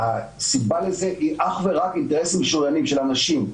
והסיבה לזה היא אך ורק אינטרסים משוריינים של אנשים,